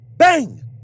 Bang